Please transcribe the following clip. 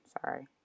Sorry